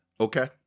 Okay